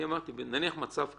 נניח מצב כזה,